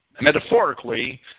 metaphorically